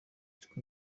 ariko